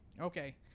Okay